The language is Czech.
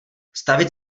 stavit